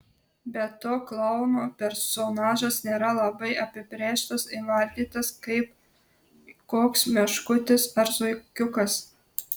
be to klouno personažas nėra labai apibrėžtas įvardytas kaip koks meškutis ar zuikiukas